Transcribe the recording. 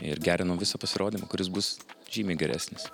ir gerinom visą pasirodymą kuris bus žymiai geresnis